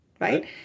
Right